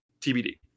TBD